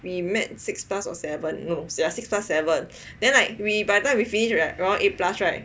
we met six plus or seven no ya six plus seven then like we by the time we finish around eight plus right